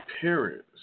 parents